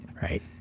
Right